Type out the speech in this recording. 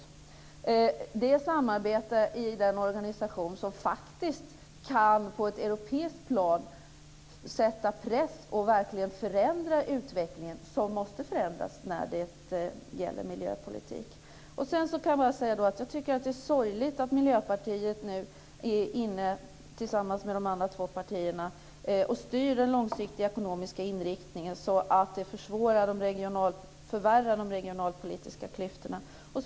Men det är ju samarbetet i den organisationen som på ett europeiskt plan faktiskt kan sätta press på och verkligen förändra utvecklingen, som måste förändras när det gäller miljöpolitiken. Jag tycker att det är sorgligt att Miljöpartiet tillsammans med de två andra partierna nu styr den långsiktiga ekonomiska inriktningen på ett sådant sätt att de regionalpolitiska klyftorna förvärras.